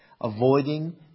Avoiding